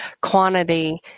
quantity